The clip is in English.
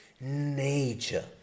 Nature